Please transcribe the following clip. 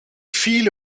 viele